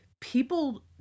people